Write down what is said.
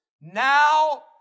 now